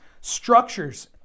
structures